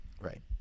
right